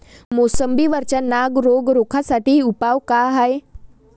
मोसंबी वरचा नाग रोग रोखा साठी उपाव का हाये?